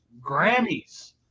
Grammys